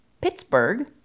Pittsburgh